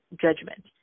judgment